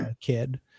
kid